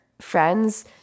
friends